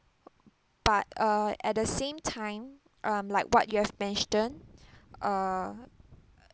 but uh at the same time I'm like what you have mentioned err